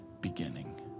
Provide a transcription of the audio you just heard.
beginning